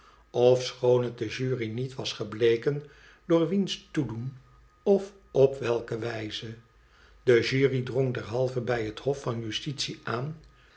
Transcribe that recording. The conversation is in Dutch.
ochoon het de jury niet was gebleken door wiens toedoen of op welke wijze de jury drong derhalve bij het hof van justitie aan